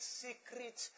secret